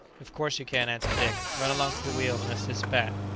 of course you can, answered dick run along to the wheel, and assist bat.